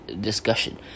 discussion